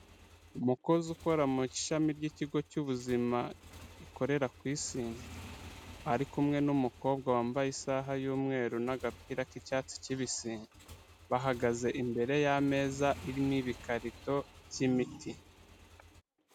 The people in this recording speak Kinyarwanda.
Umukozi ukora mu ishami ry'ikigo cy'ubuzima rikorera ku Isi, ari kumwe n'umukobwa wambaye isaha y'umweru n'agapira k'icyatsi kibisi, bahagaze imbere y'ameza arimo ibikarito by'imiti.